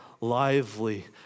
lively